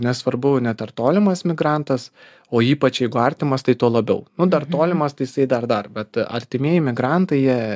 nesvarbu net ar tolimas migrantas o ypač jeigu artimas tai tuo labiau nu dar tolimas tai jisai dar dar bet artimieji migrantai jie